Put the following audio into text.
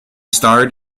starred